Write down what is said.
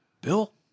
Bill